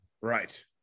Right